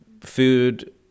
food